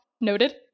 Noted